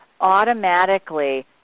automatically